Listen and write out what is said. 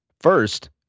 First